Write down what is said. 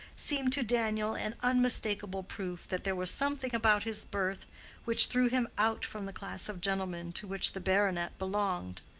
seemed to daniel an unmistakable proof that there was something about his birth which threw him out from the class of gentlemen to which the baronet belonged.